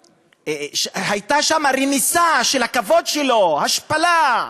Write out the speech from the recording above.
הייתה שם רמיסה של הכבוד שלו, השפלה,